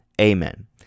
Amen